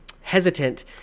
hesitant